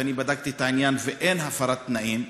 ואני בדקתי את העניין ואין הפרת תנאים,